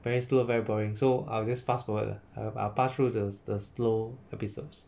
very slow very boring so I will just fast forward lah I'll I'll pass through the the slow episodes